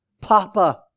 Papa